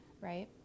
right